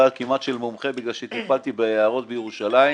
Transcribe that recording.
כמעט של מומחה בגלל שטיפלתי ביערות בירושלים,